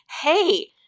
hey